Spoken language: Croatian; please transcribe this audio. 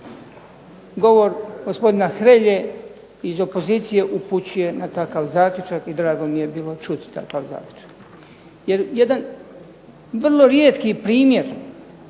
govor gospodina Hrelje iz opozicije upućuje na takav zaključak i drago mi je bilo čuti takav zaključak. Jer jedan vrlo rijetki primjer